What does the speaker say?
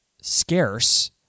scarce